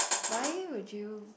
why would you